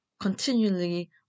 continually